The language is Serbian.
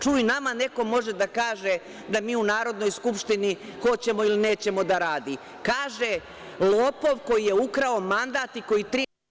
Čuj, nama neko može da kaže da mi u Narodnoj skupštini hoćemo ili nećemo da radi, kaže lopov koji je ukrao mandat i koji tri…